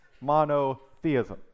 monotheism